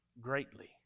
greatly